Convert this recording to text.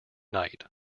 night